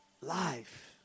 life